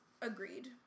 Agreed